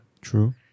true